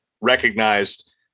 recognized